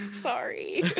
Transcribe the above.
Sorry